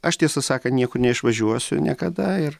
aš tiesą sakan niekur neišvažiuosiu niekada ir